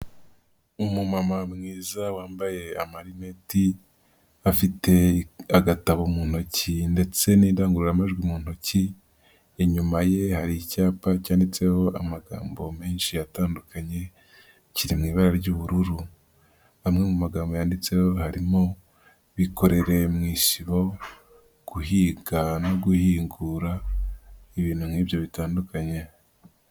Umumama mwiza wambaye amarineti, afite agatabo mu ntoki ndetse n'idangururamajwi mu ntoki, inyuma ye hari icyapa cyanditseho amagambo menshi atandukanye, kiri mu ibara ry'ubururu, amwe mu magambo yanditseho harimo bikorere mu isibo, guhiga no guhingura ibintu nk'ibyo bitandukanye.